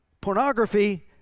pornography